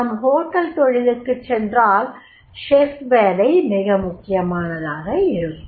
நாம் ஹோட்டல் தொழிலுக்குச் சென்றால் செஃப் வேலை மிக முக்கியமானதாக இருக்கும்